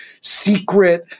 secret